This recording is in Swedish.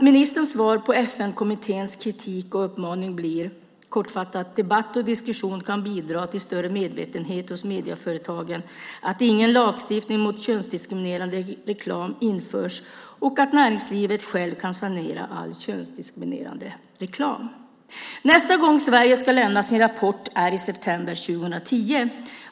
Ministerns svar på FN-kommitténs kritik och uppmaning är, kortfattat, att debatt och diskussion kan bidra till större medvetenhet hos medieföretagen, att ingen lagstiftning mot könsdiskriminerande reklam införs och att näringslivet självt kan sanera all könsdiskriminerande reklam. Herr talman! Nästa gång Sverige ska lämna sin rapport är i september 2010.